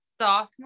sophomore